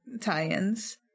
tie-ins